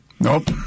Nope